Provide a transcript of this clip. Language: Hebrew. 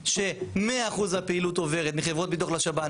ש-100% מהפעילות עוברת מחברות ביטוח לשב"ן,